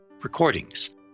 recordings